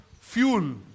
fuel